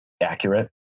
accurate